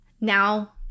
Now